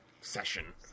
session